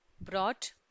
brought